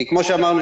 כמו שאמרנו,